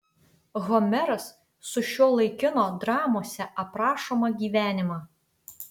homeras sušiuolaikino dramose aprašomą gyvenimą